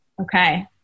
Okay